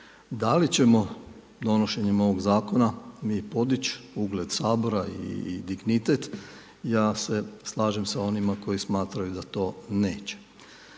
Da li ćemo donošenjem ovog zakona mi podići ugled Sabora i dignitet? Ja se slažem sa onima koji smatraju da to neće.